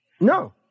No